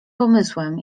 pomysłem